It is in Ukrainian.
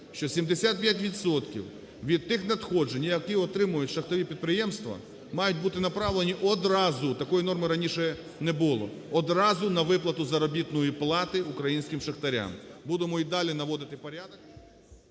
що 75 відсотків від тих надходжень, які отримують шахтові підприємства, мають бути направлені одразу, такої норми раніше не було, одразу на виплату заробітної плати українським шахтарям. Будемо і далі наводити порядок.